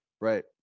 Right